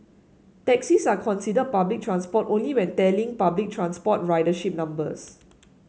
taxis are considered public transport only when tallying public transport ridership numbers